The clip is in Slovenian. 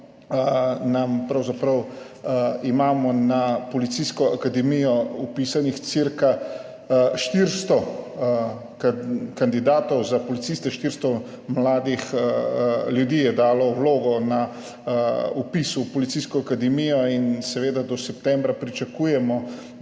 imamo pravzaprav na Policijsko akademijo vpisanih cirka 400 kandidatov za policiste, 400 mladih ljudi je dalo vlogo na vpis v Policijsko akademijo in seveda do septembra pričakujemo,